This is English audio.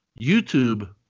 YouTube